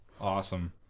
awesome